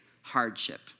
hardship